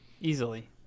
Easily